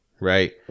Right